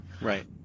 Right